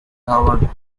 howard